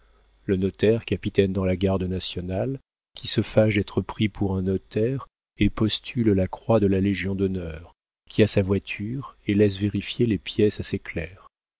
le notaire capitaine dans la garde nationale qui se fâche d'être pris pour un notaire et postule la croix de la légion-d'honneur qui a sa voiture et laisse vérifier les pièces à ses clercs